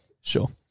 Sure